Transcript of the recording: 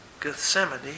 Gethsemane